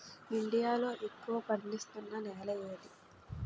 India లో ఎక్కువ పండిస్తున్నా నేల ఏది?